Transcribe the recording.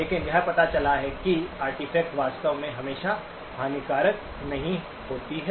लेकिन यह पता चला है कि ये आर्टिफैक्ट वास्तव में हमेशा हानिकारक नहीं होती हैं